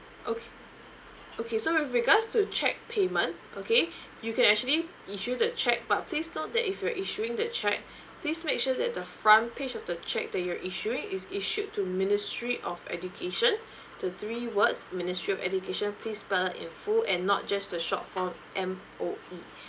okay okay so with regards to cheque payment okay you can actually issue the cheque but please note that if you're issuing the cheque please make sure that the front page of the cheque that you're issuing is issued to ministry of education the three words ministry of education please write out in full and not just the short form M_O_E